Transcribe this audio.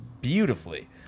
Beautifully